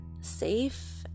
safe